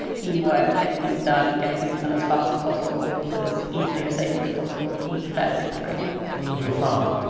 teamwork, getting things done, getting things done as fast as possible but as easily and safely as possible was a fairly good training. where was your farm?